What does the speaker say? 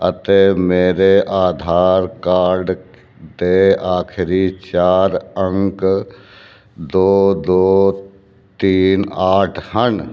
ਅਤੇ ਮੇਰੇ ਆਧਾਰ ਕਾਰਡ ਦੇ ਆਖਰੀ ਚਾਰ ਅੰਕ ਦੋ ਦੋ ਤੀਨ ਅੱਠ ਹਨ